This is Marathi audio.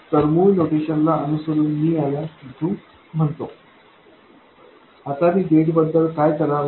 तर मूळ नोटेशनला अनुसरून मी याला C2 म्हणतो आता मी गेट बद्दल काय करावे